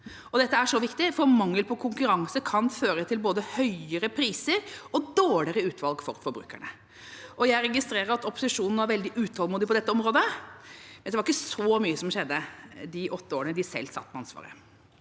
Dette er så viktig, for mangel på konkurranse kan føre til både høyere priser og dårligere utvalg for forbrukerne. Jeg registrerer at opposisjonen også er veldig utålmodig på dette området, men det var ikke så mye som skjedde de åtte årene de selv satt med ansvaret.